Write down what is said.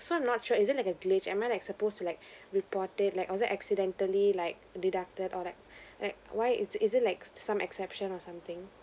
so I'm not sure is it like a glitch am I like supposed to like report it like was that accidentally like deducted or like like why is it is it like some exception or something